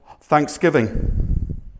thanksgiving